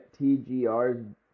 TGR